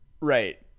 Right